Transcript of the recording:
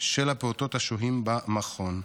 של הפעוטות השוהים במעון.